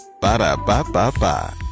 Ba-da-ba-ba-ba